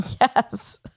Yes